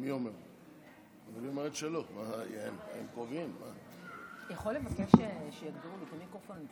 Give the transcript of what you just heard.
אתה יכול לבקש שיגבירו לי את המיקרופון?